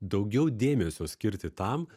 daugiau dėmesio skirti tam